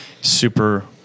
Super